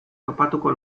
topatuko